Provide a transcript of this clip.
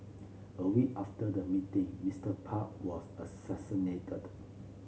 a week after the meeting Mister Park was assassinated